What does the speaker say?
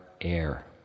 air